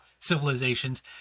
civilizations